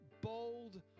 bold